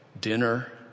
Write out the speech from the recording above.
Dinner